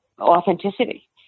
authenticity